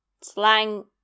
slang